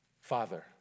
Father